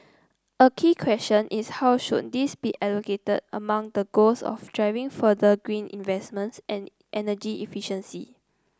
a key question is how should these be allocated among the goals of driving further green investments and energy efficiency